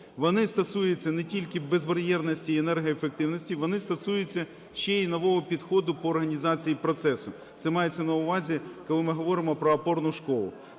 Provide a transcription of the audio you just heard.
вони стосуються не тільки безбар'єрності і енергоефективності, вони стосуються ще й нового підходу по організації процесу. Це мається на увазі, коли ми говоримо про опорну школу.